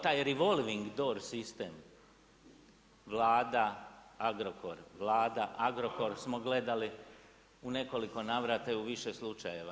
Taj revolving dors sistem Vlada, Agrokor, Vlada, Agrokor smo gledali u nekoliko navrata i u više slučajeva.